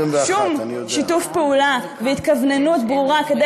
אין שום שיתוף פעולה והתכווננות ברורה כדי